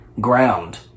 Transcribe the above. ground